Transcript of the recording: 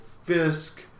Fisk